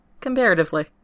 Comparatively